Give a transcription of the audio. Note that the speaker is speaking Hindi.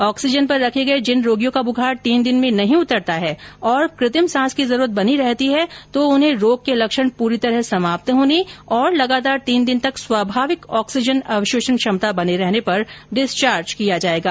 ऑक्सीजन पर रखे गए जिन रोगियों का बुखार तीन दिन में नहीं उतरता है और कृत्रिम सांस की जरूरत बनी रहती है तो उन्हें रोग के लक्षण पूरी तरह समाप्त होने और लगातार तीन दिन तक स्वाभाविक ऑक्सीजन अवशोषण क्षमता बने रहने पर डिस्चार्ज किया जाएगा